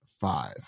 five